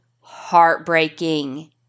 heartbreaking